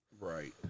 Right